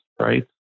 right